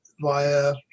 via